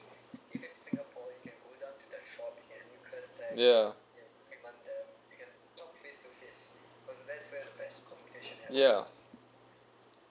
yeah yeah